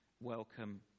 welcome